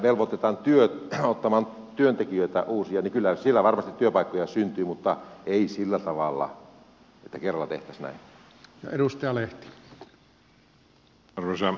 kyllähän sillä että velvoitetaan ottamaan uusia työntekijöitä varmasti työpaikkoja syntyy mutta ei sillä tavalla että kerralla tehtäisiin näin